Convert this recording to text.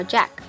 Jack，